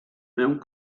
mewn